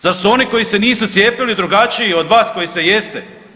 Zar su oni koji se nisu cijepili drugačiji od vas koji se jeste?